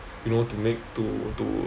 you know to make to to